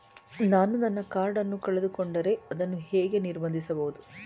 ನಾನು ನನ್ನ ಕಾರ್ಡ್ ಅನ್ನು ಕಳೆದುಕೊಂಡರೆ ಅದನ್ನು ಹೇಗೆ ನಿರ್ಬಂಧಿಸಬಹುದು?